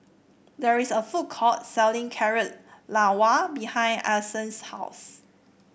there is a food court selling Carrot Halwa behind Alyson's house